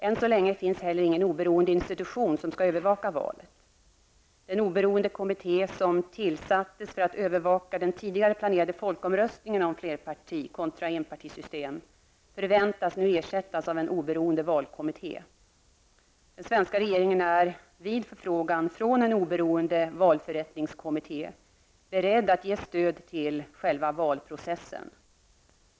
Än så länge finns heller ingen oberoende institution som skall övervaka valet. Den oberoende kommitté som tillsattes för att övervaka den tidigare planerade folkomröstningen om flerparti kontra enpartisystem, förväntas nu ersättas av en oberoende valkommitté. Den svenska regeringen är, vid förfrågan från en oberoende valförrättningskommitté, beredd att ge stöd till själva valprocessen.